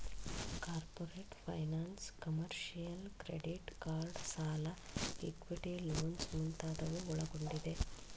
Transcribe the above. corporate finance, commercial, credit card ಸಾಲ, equity loans ಮುಂತಾದವು ಒಳಗೊಂಡಿದೆ